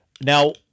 Now